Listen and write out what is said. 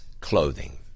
clothing